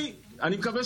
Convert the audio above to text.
דואגים